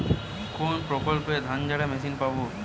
কোনপ্রকল্পে ধানঝাড়া মেশিন পাব?